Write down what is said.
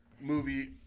movie